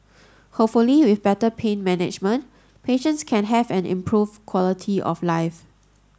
hopefully with better pain management patients can have an improved quality of life